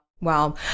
Wow